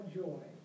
joy